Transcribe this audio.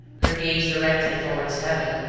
her gaze directed towards heaven,